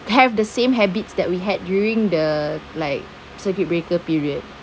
have the same habits that we had during the like circuit breaker period